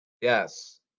Yes